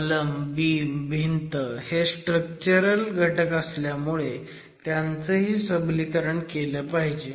column beam भिंत हे structural घटक असल्यामुळे त्यांचंही सबलीकरण केलं पाहिजे